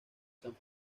san